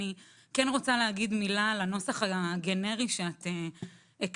אני כן רוצה להגיד מילה על הנוסח הגנרי שאת הקראת.